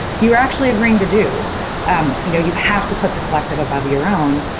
you are actually agreeing to do um you know you have to put the collective above your own.